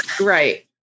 Right